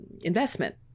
investment